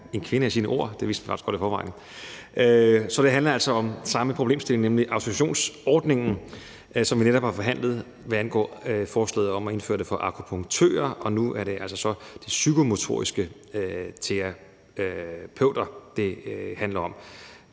en kvinde, der holder ord. Det vidste vi også godt i forvejen. Så det handler altså om samme problemstilling som før, nemlig autorisationsordningen, som vi netop har forhandlet, hvad angår forslaget om at indføre en autorisation for akupunktører. Nu er det altså de psykomotoriske terapeuter, det handler om.